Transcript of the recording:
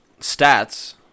stats